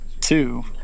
Two